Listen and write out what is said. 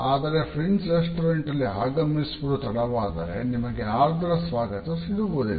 ಆದರೆ French restaurant ನಲ್ಲಿ ಆಗಮಿಸುವುದು ತಡವಾದರೆ ನಿಮಗೆ ಆರ್ದ್ರ ಸ್ವಾಗತ ಸಿಗುವುದಿಲ್ಲ